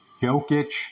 Jokic